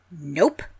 Nope